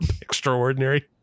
Extraordinary